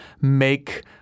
make